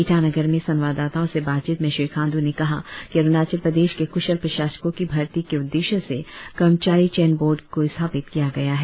ईटानगर में संवाददाताओं से बातचीत में श्री खाण्डू ने कहा कि अरुणाचल प्रदेश के क्शल प्रशासकों की भर्ती के उद्देश्य से कर्मचारी चयन बोर्ड को स्थापित किया गया है